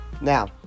Now